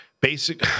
basic